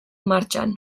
martxan